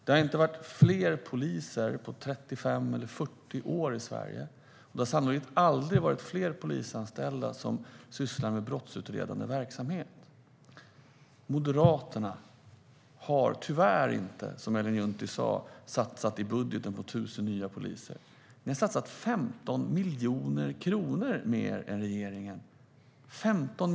Det har inte funnits fler poliser på 35 eller 40 år i Sverige. Det har sannolikt aldrig varit fler polisanställda som sysslar med brottsutredande verksamhet. Som Ellen Juntti sa har Moderaterna tyvärr inte satsat i budgeten på 1 000 nya poliser. Ni har satsat 15 miljoner kronor mer än regeringen.